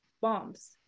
bombs